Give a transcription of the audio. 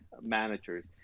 managers